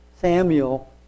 Samuel